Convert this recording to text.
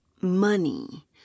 money